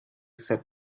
said